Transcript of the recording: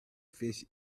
fish